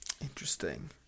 Interesting